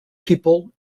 people